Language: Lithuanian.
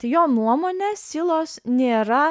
tai jo nuomone silos nėra